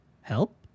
Help